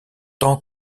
tant